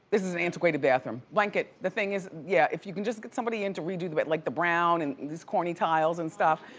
this is an antiquated bathroom. blanket, the thing is, yeah, if you can just get somebody in to redo the bath. but like the brown and these corny tiles, and stuff.